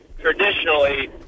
traditionally